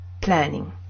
planning